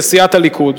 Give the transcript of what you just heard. לסיעת הליכוד,